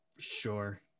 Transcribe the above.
Sure